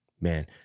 Man